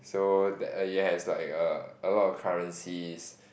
so that it has like a a lot of currencies